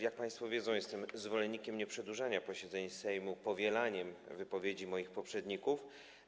Jak państwo wiedzą, jestem zwolennikiem nieprzedłużania posiedzeń Sejmu przez powielanie wypowiedzi moich poprzedników.